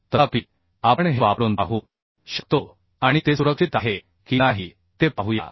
तथापि आपण हे वापरून पाहू शकतो आणि ते सुरक्षित आहे की नाही ते पाहूया